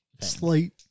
Slight